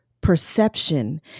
perception